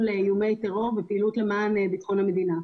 איומי טרור ופעילות למען ביטחון המדינה.